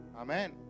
Amen